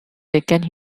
second